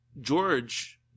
george